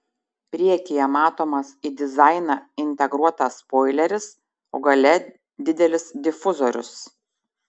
priekyje matomas į dizainą integruotas spoileris o gale didelis difuzorius